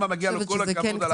שלאוסאמה מגיע כל הכבוד על העבודה.